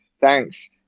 thanks